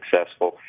successful